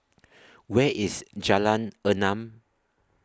Where IS Jalan Enam